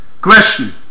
Question